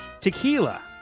Tequila